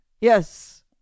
Yes